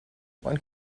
one